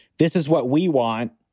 this is what we want.